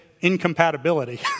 incompatibility